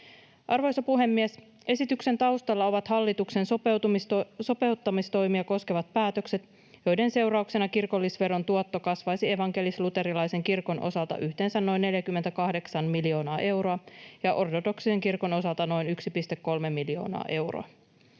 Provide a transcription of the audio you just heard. Arvoisa puhemies! Esityksen taustalla ovat hallituksen sopeuttamistoimia koskevat päätökset, joiden seurauksena kirkollisveron tuotto kasvaisi evankelis-luterilaisen kirkon osalta yhteensä noin 48 miljoonaa euroa ja ortodoksisen kirkon osalta noin 1,3 miljoonaa euroa.